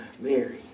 Mary